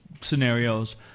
scenarios